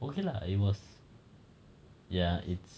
okay lah it was ya it's